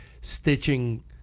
stitching